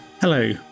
Hello